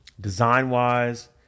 design-wise